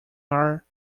are